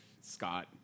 Scott